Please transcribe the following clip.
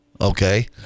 Okay